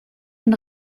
den